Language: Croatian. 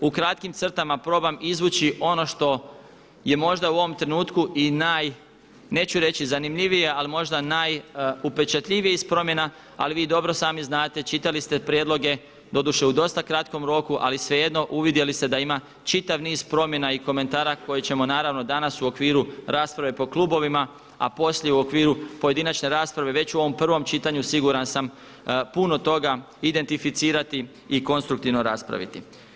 U kratkim crtama probam izvući ono što je možda u ovom trenutku i naj, neću reći najzanimljivija ali možda najupečatljiviji niz promjena ali vi dobro sami znate, čitali ste prijedloge, doduše u dosta kratkom roku ali svejedno uvidjeli ste ima čitav niz promjena i komentara koje ćemo naravno danas u okviru rasprave po klubovima, a poslije u okviru pojedinačne rasprave već u ovom provom čitanju siguran sam puno toga identificirati i konstruktivno raspraviti.